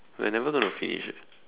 we're never gonna finish eh